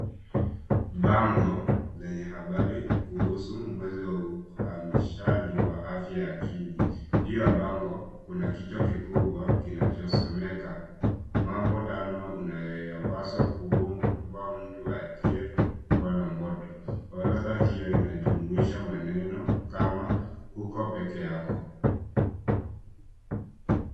Bango lenye habari kuhusu mwezi wa uhamisishaji wa afya ya akili. Juu ya bango, kuna kichwa kikubwa kinachosomeka mambo tano unayopaswa kumpa mtu aliyekuwa na moto. Orodha hiyo inajumuisha maneno kama hauko pekee yako.